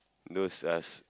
those us